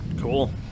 cool